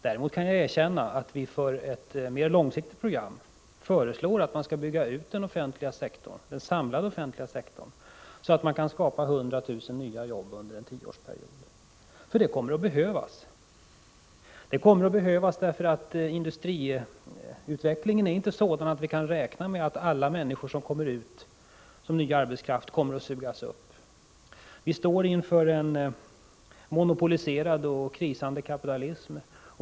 Jag kan däremot erkänna att vi i ett mer långsiktigt program har föreslagit att man skall bygga ut den samlade offentliga sektorn så att det skapas 100 000 nya jobb under en tioårsperiod. Det kommer att behövas. Industriutvecklingen är inte sådan att vi kan räkna med att alla människor som kommer ut på arbetsmarknaden som ny arbetskraft kan sugas upp. Vi står inför en monopoliserad och krisande kapitalism.